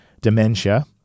dementia